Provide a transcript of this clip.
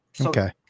Okay